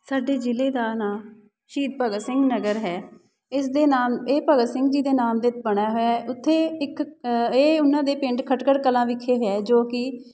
ਸਾਡੇ ਜ਼ਿਲ੍ਹੇ ਦਾ ਨਾਂ ਸ਼ਹੀਦ ਭਗਤ ਸਿੰਘ ਨਗਰ ਹੈ ਇਸ ਦੇ ਨਾਮ ਇਹ ਭਗਤ ਸਿੰਘ ਜੀ ਦੇ ਨਾਮ ਦੇ ਬਣਿਆ ਹੋਇਆ ਉੱਥੇ ਇੱਕ ਇਹ ਉਹਨਾਂ ਦੇ ਪਿੰਡ ਖਟਕੜ ਕਲਾਂ ਵਿਖੇ ਹੈ ਜੋ ਕਿ